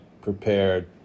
prepared